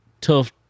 tough